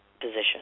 position